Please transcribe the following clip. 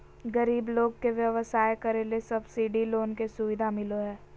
गरीब लोग के व्यवसाय करे ले सब्सिडी लोन के सुविधा मिलो हय